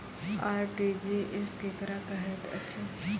RTGS केकरा कहैत अछि?